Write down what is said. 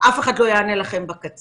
אף אחד לא יענה להם בקצה.